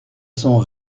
son